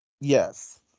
Yes